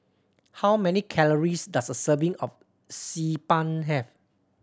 how many calories does a serving of Xi Ban have